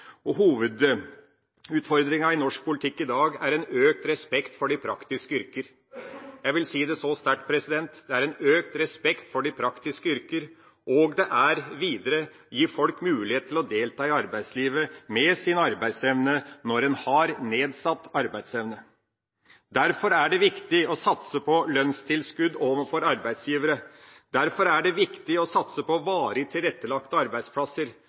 Hovedutfordringa i norsk politikk i dag er en økt respekt for de praktiske yrker. Jeg vil si det så sterkt: Det er en økt respekt for de praktiske yrker, og det er videre å gi folk mulighet til å delta i arbeidslivet med sin arbeidsevne når en har nedsatt arbeidsevne. Derfor er det viktig å satse på lønnstilskudd overfor arbeidsgivere. Derfor er det viktig å satse på varig tilrettelagte arbeidsplasser